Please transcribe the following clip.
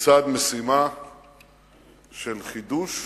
בצד משימה של חידוש